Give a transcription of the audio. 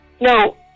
No